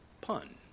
Pun